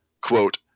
Quote